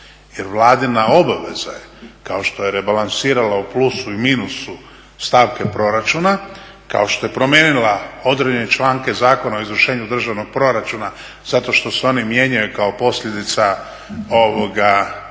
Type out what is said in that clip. Jer Vladina obaveza je kao što je rebalansirala u plusu i minusu stavke proračuna, kao što je promijenila određene članke Zakona o izvršenju državnog proračuna zato što se oni mijenjaju kao posljedica